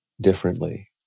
differently